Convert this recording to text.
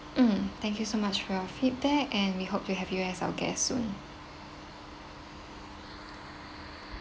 mm thank you so much for your feedback and we hope you have us our guest soon